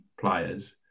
players